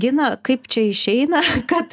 gina kaip čia išeina kad